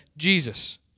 Jesus